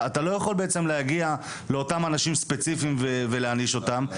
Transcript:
אתה לא יכול להגיע לאותם אנשים ספציפיים ולהעניש אותם,